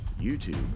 YouTube